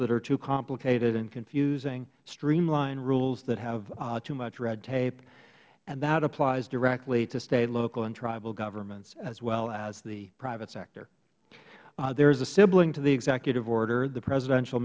that are too complicated and confusing streamline rules that have too much red tape and that applies directly to state local and tribal government as well as the private sector there is a sibling to the executive order the presidential